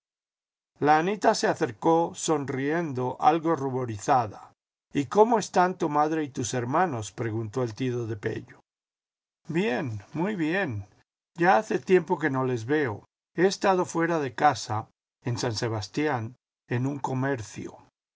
la anita se acercó sonriendo algo ruborizada y cómo están tu madre y tus hermanos preguntó el tío de pello bien muy bien ya hace tiempo que no les veo he estado fuera de casa en san sebastián en un comercio